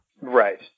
Right